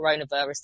coronavirus